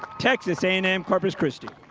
texas a and m corpus christi.